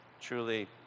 truly